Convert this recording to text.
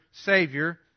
Savior